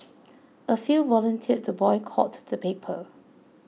a few volunteered to boycott the paper